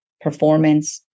performance